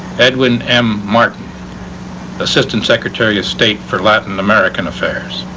edwin m. martin assistant secretary of state for latin american affairs